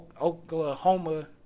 Oklahoma